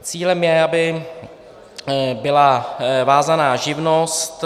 Cílem je, aby byla vázaná živnost.